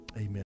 amen